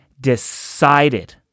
decided